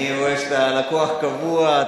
אני רואה שאתה לקוח קבוע.